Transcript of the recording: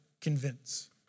convince